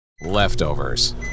Leftovers